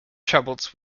troubles